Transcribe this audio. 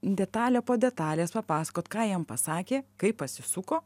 detalė po detalės papasakot ką jam pasakė kaip pasisuko